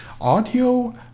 audio